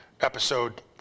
episode